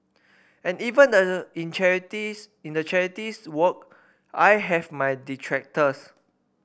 and even that the in charities in the charities work I have my detractors